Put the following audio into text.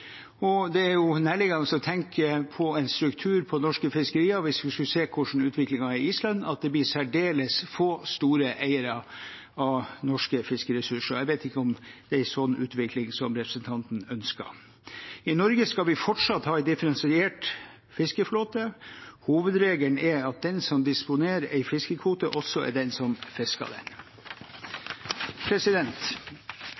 Det er nærliggende å tenke på en struktur for norske fiskerier, hvis vi skulle se hvordan utviklingen er på Island, hvor det blir særdeles få store eiere av norske fiskeressurser. Jeg vet ikke om det er en sånn utvikling representanten ønsker. I Norge skal vi fortsatt ha en differensiert fiskeflåte. Hovedregelen er at den som disponerer en fiskekvote, også er den som fisker den.